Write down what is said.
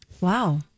Wow